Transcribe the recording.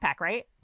right